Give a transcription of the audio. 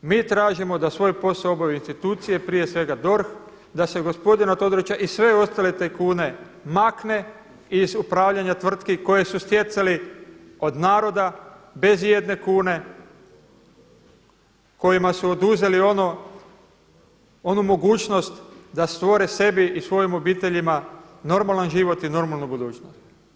Mi tražimo da svoj posao obave institucije prije svega DORH, da se gospodina Todorića i sve ostale tajkune makne iz upravljanja tvrtki koje su stjecali od naroda bez i jedne kune, kojima su oduzeli onu mogućnost da stvore sebi i svojim obiteljima normalan život i normalnu budućnost.